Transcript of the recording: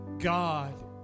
God